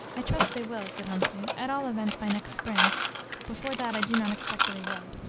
i trust they will, said humphrey, at all events by next spring before that i do not expect that they will.